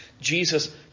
Jesus